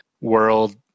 world